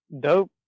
dope